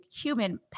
human